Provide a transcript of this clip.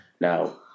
Now